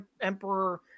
emperor